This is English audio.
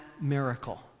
miracle